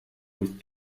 with